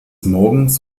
morgens